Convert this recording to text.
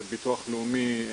ביטוח לאומי,